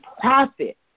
profit